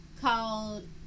called